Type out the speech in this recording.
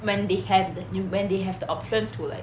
when they have the when they have the option to like